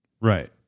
Right